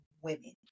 women